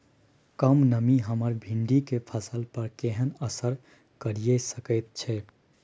कम नमी हमर भिंडी के फसल पर केहन असर करिये सकेत छै?